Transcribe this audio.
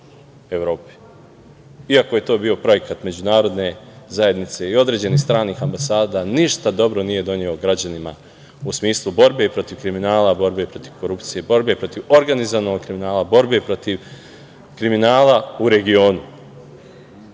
Evropi, iako je to bio projekat međunarodne zajednice i određenih stranih ambasada, ništa nije dobro doneo građanima u smislu borbe protiv kriminala i borbe protiv korupcije, borbe protiv organizovanog kriminala i borbe protiv kriminala u regionu. Takva